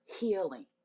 healing